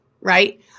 right